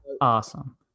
Awesome